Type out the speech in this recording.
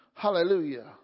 Hallelujah